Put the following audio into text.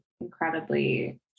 incredibly